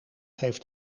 heeft